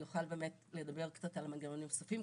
אני אוכל באמת לדבר קצת על מנגנונים נוספים,